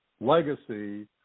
legacy